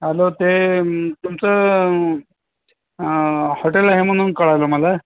hello ते तुमचं hotel आहे म्हणून कळालं मला